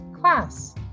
Class